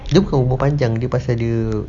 dia bukan umur panjang dia pasal dia